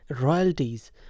royalties